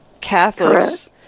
Catholics